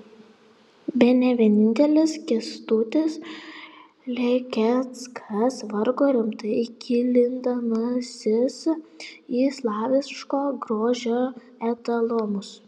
bene vienintelis kęstutis lekeckas vargo rimtai gilindamasis į slaviško grožio etalonus